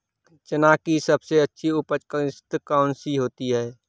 चना की सबसे अच्छी उपज किश्त कौन सी होती है?